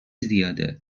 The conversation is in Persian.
زیاده